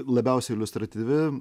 labiausiai iliustratyvi